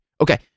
Okay